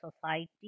society